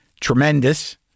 tremendous